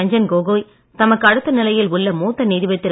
ரஞ்சன் கோகோய் தமக்கு அடுத்த நிலையில் உள்ள மூத்த நீதிபதி திரு